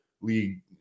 league